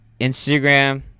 Instagram